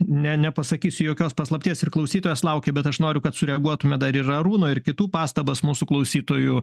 ne nepasakysiu jokios paslapties ir klausytojas laukia bet aš noriu kad sureaguotume dar ir arūno ir kitų pastabas mūsų klausytojų